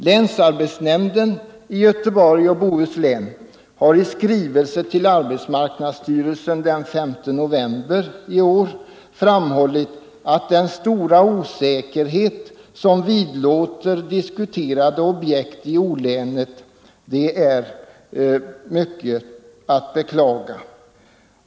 Länsarbetsnämnden i Göteborgs och Bohus län har i skrivelse till arbetsmarknadsstyrelsen den 5 november i år framhållit att den stora osäkerhet som vidlåder diskuterade objekt i O-länet är mycket att beklaga.